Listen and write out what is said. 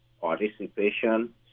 participation